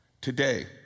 today